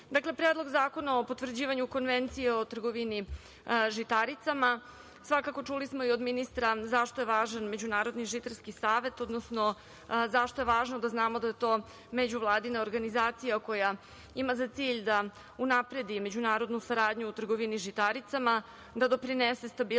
Predlog zakona o potvrđivanju Konvencije o trgovini žitaricama, čuli smo i od ministra zašto je važan Međunarodni žitarski savet, odnosno zašto je važno da znamo da je to međuvladina organizacija koja ima za cilj da unapredi međunarodnu saradnju u trgovini žitaricama, da doprinese stabilnosti